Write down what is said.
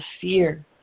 fear